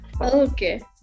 Okay